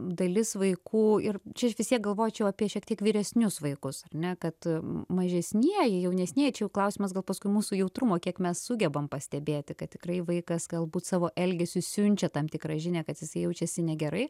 dalis vaikų ir čia vis tiek galvočiau apie šiek tiek vyresnius vaikus ar ne kad mažesnieji jaunesnieji čia jau klausimas gal paskui mūsų jautrumo kiek mes sugebam pastebėti kad tikrai vaikas galbūt savo elgesiu siunčia tam tikrą žinią kad jisai jaučiasi negerai